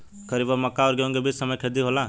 खरीफ और मक्का और गेंहू के बीच के समय खेती ठीक होला?